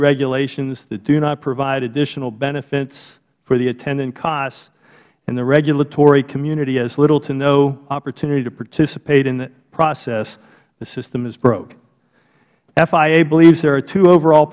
regulations that do not provide additional benefits for the attendant costs and the regulatory community has little to no opportunity to participate in the process the system is broke fia believes there are two overall